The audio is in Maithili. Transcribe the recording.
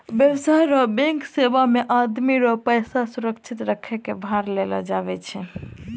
व्यवसाय रो बैंक सेवा मे आदमी रो पैसा सुरक्षित रखै कै भार लेलो जावै छै